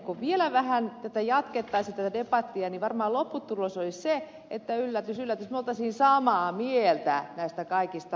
kun vielä vähän jatkettaisiin tätä debattia niin varmaan lopputulos olisi se että yllätys yllätys me olisimme samaa mieltä näistä kaikista asioista